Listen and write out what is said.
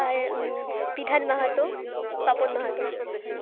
আর Bidhan Mahato Papan Mahato